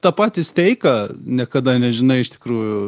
tą patį steiką niekada nežinai iš tikrųjų